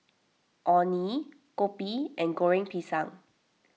Orh Nee Kopi and Goreng Pisang